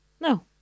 No